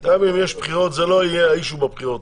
גם אם יש בחירות זה לא יהיה האישיו בבחירות.